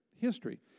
history